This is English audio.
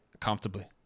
comfortably